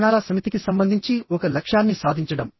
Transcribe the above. ప్రమాణాల సమితికి సంబంధించి ఒక లక్ష్యాన్ని సాధించడం